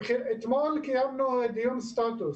אתמול קיימנו דיון סטטוס